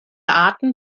arten